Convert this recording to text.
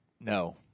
no